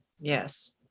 Yes